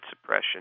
suppression